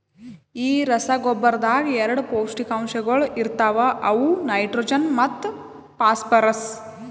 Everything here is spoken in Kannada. ಈ ರಸಗೊಬ್ಬರದಾಗ್ ಎರಡ ಪೌಷ್ಟಿಕಾಂಶಗೊಳ ಇರ್ತಾವ ಅವು ನೈಟ್ರೋಜನ್ ಮತ್ತ ಫಾಸ್ಫರ್ರಸ್